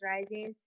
Rising